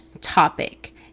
topic